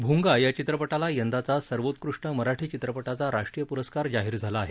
भोंगा या चित्रपटाला यंदाचा सर्वोत्कष्ट मराठी चित्रपटाचा राष्ट्रीय प्रस्कार जाहीर झाला आहे